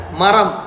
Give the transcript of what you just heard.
maram